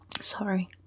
sorry